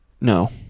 no